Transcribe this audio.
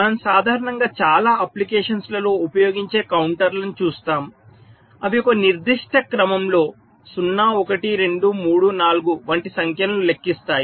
మనము సాధారణంగా చాలా అప్లికేషన్స్ లలో ఉపయోగించే కౌంటర్లను చూస్తాము అవి ఒక నిర్దిష్ట క్రమంలో 0 1 2 3 4 వంటి సంఖ్యలను లెక్కిస్తాయి